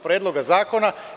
Predloga zakona.